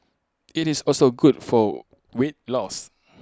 IT is also good for weight loss